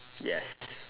yes